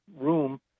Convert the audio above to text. room